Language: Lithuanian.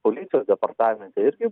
policijos departamente irgi